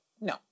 No